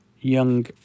young